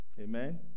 Amen